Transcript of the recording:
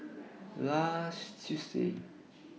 last Tuesday